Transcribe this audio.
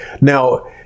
Now